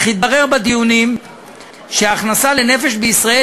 אך התברר בדיונים שההכנסה לנפש בישראל